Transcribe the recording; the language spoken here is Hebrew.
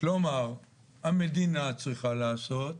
כלומר המדינה צריכה לעשות,